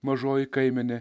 mažoji kaimenė